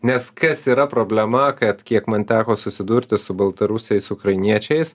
nes kas yra problema kad kiek man teko susidurti su baltarusiais ukrainiečiais